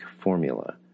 formula